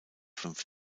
fünf